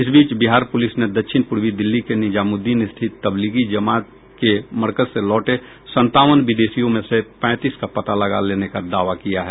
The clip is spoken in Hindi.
इस बीच बिहार पुलिस ने दक्षिण पूर्वी दिल्ली के निजामूद्दीन स्थित तबलीगी जमात के मरकज से लौटे सत्तावन विदेशियों में से पैंतीस का पता लगा लेने का दावा किया है